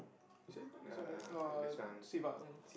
right this one uh Siva mm